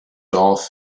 dorf